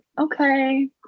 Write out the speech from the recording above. okay